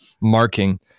marking